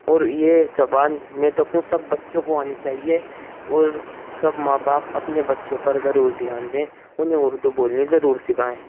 اور یہ زبان میں تو کہوں سب بچوں کو آنی چاہیے اور سب ماں باپ اپنے بچوں پر ضرور دھیان دیں انہیں اردو بولنی ضرور سکھائیں